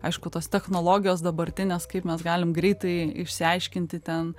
aišku tos technologijos dabartinės kaip mes galim greitai išsiaiškinti ten